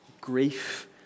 grief